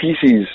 pieces